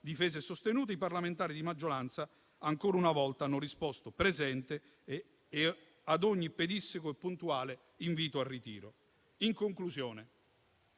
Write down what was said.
difese e sostenute, i parlamentari di maggioranza, ancora una volta, hanno risposto "presente" a ogni pedissequo e puntuale "invito al ritiro". In conclusione,